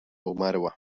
umarła